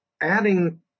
adding